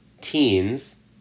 teens